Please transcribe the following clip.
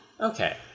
Okay